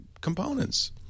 components